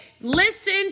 Listen